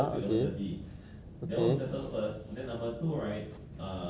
but back to covalent how are you going to ah